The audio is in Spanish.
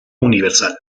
universal